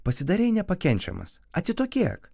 pasidarei nepakenčiamas atsitokėk